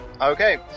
Okay